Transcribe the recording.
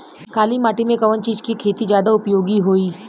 काली माटी में कवन चीज़ के खेती ज्यादा उपयोगी होयी?